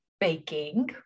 baking